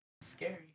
Scary